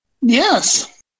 Yes